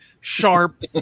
sharp